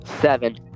Seven